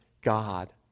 God